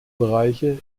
bereiche